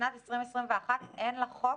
שבשנת 2021 אין לה חוק